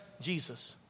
Jesus